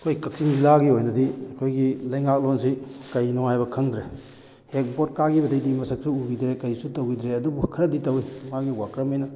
ꯑꯩꯈꯣꯏ ꯀꯛꯆꯤꯡ ꯖꯤꯂꯥꯒꯤ ꯑꯣꯏꯅꯗꯤ ꯑꯩꯈꯣꯏꯒꯤ ꯂꯩꯉꯥꯛꯂꯣꯟꯁꯤ ꯀꯔꯤꯅꯣ ꯍꯥꯏꯕ ꯈꯪꯗ꯭ꯔꯦ ꯍꯦꯛ ꯚꯣꯠ ꯀꯥꯈꯤꯕꯗꯩꯗꯤ ꯃꯁꯛꯁꯨ ꯎꯈꯤꯗ꯭ꯔꯦ ꯀꯔꯤꯁꯨ ꯇꯧꯈꯤꯗ꯭ꯔꯦ ꯑꯗꯨꯕꯨ ꯈꯔꯗꯤ ꯇꯧꯋꯤ ꯃꯥꯒꯤ ꯋꯥꯔꯀꯔꯉꯩꯅ